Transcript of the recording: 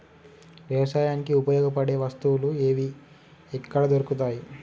వ్యవసాయానికి ఉపయోగపడే వస్తువులు ఏవి ఎక్కడ దొరుకుతాయి?